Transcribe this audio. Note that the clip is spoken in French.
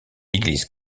église